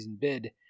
bid